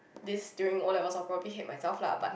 this during O-levels I will probably hate myself lah but